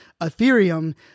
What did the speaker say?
Ethereum